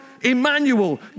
Emmanuel